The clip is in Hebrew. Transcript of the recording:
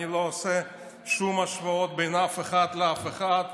ואני לא עושה שום השוואות בין אף אחד לאף אחד,